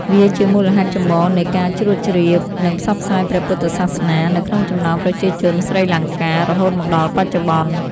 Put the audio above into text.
វាជាមូលហេតុចម្បងនៃការជ្រួតជ្រាប និងផ្សព្វផ្សាយព្រះពុទ្ធសាសនានៅក្នុងចំណោមប្រជាជនស្រីលង្កា រហូតមកដល់បច្ចុប្បន្ន។